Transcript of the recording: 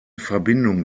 verbindung